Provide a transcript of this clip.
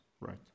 right